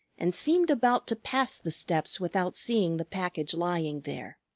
and seemed about to pass the steps without seeing the package lying there.